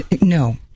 No